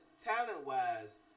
talent-wise